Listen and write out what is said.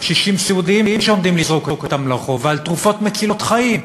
על קשישים סיעודיים שעומדים לזרוק אותם לרחוב ועל תרופות מצילות חיים.